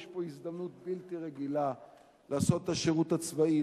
יש פה הזדמנות בלתי רגילה לעשות את השירות הצבאי,